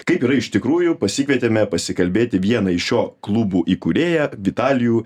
kaip yra iš tikrųjų pasikvietėme pasikalbėti vieną iš šio klubų įkūrėją vitalijų